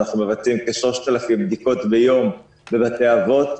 אנחנו מבצעים כ-3,000 בדיקות ביום בבתי אבות.